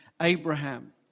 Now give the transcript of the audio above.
Abraham